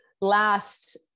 last